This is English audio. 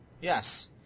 yes